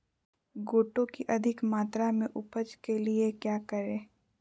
गोटो की अधिक मात्रा में उपज के लिए क्या करें?